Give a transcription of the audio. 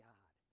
God